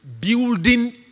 building